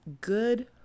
good